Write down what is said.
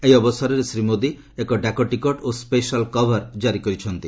ଏହି ଅବସରରେ ଶ୍ରୀମୋଦି ଏକ ଡାକଟିକେଟ ଓ ସ୍କେଶାଲ କଭର ଜାରି କରିଛନ୍ତି